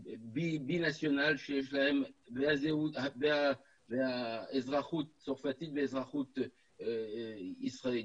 שיש להם תעודת זהות ואזרחות צרפתית ואזרחות ישראלית.